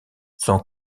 son